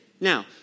Now